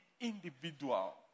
individual